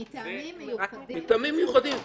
מטעמים מיוחדים.